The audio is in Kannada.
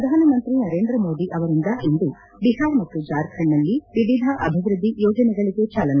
ಪ್ರಧಾನಮಂತ್ರಿ ನರೇಂದ್ರ ಮೋದಿ ಅವರಿಂದ ಇಂದು ಬಿಹಾರ ಮತ್ತು ಜಾರ್ಖಂಡ್ನಲ್ಲಿ ವಿವಿಧ ಅಭಿವೃದ್ದಿ ಯೋಜನೆಗಳಿಗೆ ಚಾಲನೆ